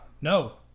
no